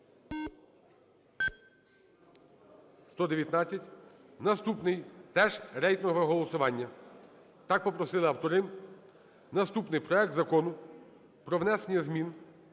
За-119 Наступний теж рейтингове голосування. Так попросили автори. Наступний: проект Закону про внесення змін